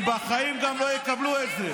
הם בחיים גם לא יקבלו את זה.